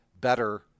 better